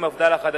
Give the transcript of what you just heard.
מפד"ל החדשה.